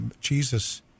Jesus